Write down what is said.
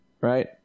Right